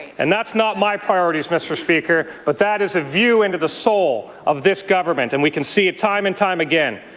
and that's not my priorities, mr. speaker, but that is a view into the soul of this government and we can see time and time again.